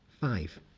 five